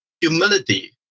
humility